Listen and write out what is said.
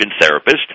therapist